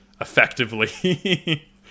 effectively